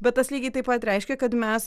bet tas lygiai taip pat reiškia kad mes